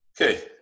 Okay